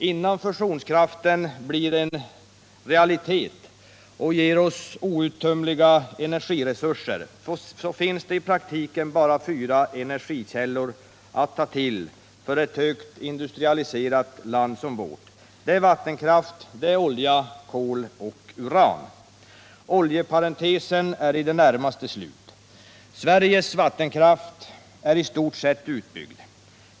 Innan fusionskraften blir en realitet och ger oss outtömliga energiresurser finns det i praktiken bara fyra energikällor att ta till för ett högt industrialiserat land som vårt: vattenkraft, olja, kol och uran. Oljeparentesen är i det närmaste slut. Sveriges vattenkraft är i stort sett utbyggd.